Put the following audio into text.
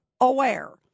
aware